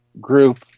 group